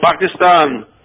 Pakistan